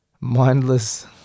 mindless